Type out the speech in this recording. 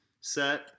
set